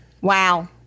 Wow